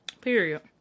Period